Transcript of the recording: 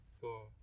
cool